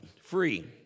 Free